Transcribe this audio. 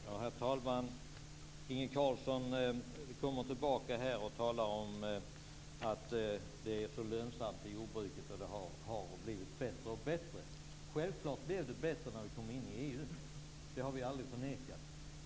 Herr talman! Inge Carlsson kommer här tillbaka och talar om att det är så lönsamt i jordbruket och att det har blivit bättre och bättre. Självklart blev det bättre när vi kom in i EU - det har vi aldrig förnekat.